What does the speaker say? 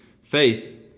Faith